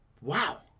wow